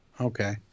okay